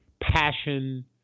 passion